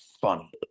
funny